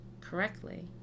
correctly